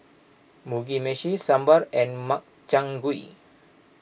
Mugi Meshi Sambar and Makchang Gui